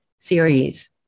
series